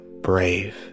brave